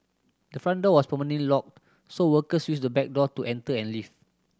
the front door was permanently locked so workers used the back door to enter and leave